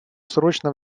срочно